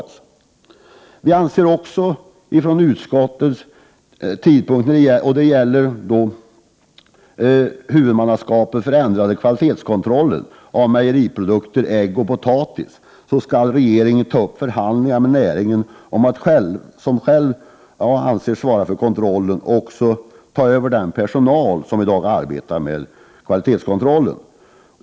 Utskottet anser också att, innan man bestämmer tidpunkten för ändrat huvudmannaskap för kvalitetskontrollen av mejeriprodukter, ägg och potatis, regeringen skall ta upp förhandlingar med näringen om att den själv skall svara för kontrollen och även ta över den personal som i dag arbetar med kvalitetskontrollen.